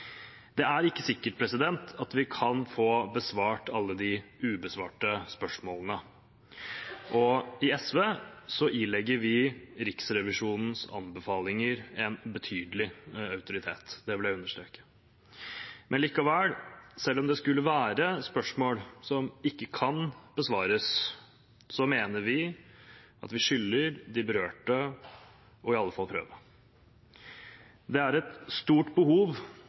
Det er ikke sikkert at vi kan få besvart alle de ubesvarte spørsmålene. I SV ilegger vi Riksrevisjonens anbefalinger en betydelig autoritet. Det vil jeg understreke. Men likevel, selv om det skulle være spørsmål som ikke kan besvares, mener vi at vi skylder de berørte i alle fall å prøve. Det er et stort behov